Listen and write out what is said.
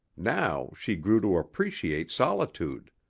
now she grew to appreciate solitude.